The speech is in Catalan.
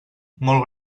molt